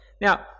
Now